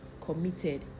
committed